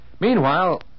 Meanwhile